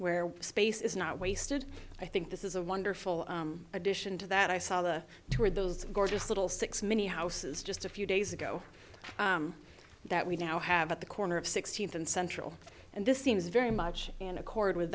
where space is not wasted i think this is a wonderful addition to that i saw the two of those gorgeous little six many houses just a few days ago that we now have at the corner of sixteenth and central and this seems very much in accord with